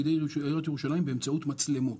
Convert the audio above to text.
ידי עיריית ירושלים באמצעות מצלמות.